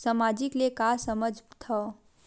सामाजिक ले का समझ थाव?